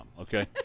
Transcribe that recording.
okay